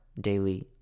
daily